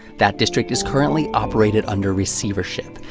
that district is currently operated under receivership,